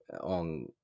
on